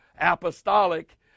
apostolic